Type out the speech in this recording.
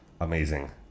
amazing